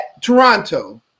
Toronto